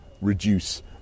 reduce